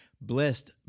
Blessed